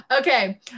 Okay